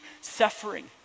suffering